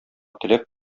теләп